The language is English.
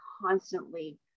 constantly